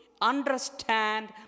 understand